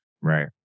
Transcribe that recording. Right